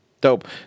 Dope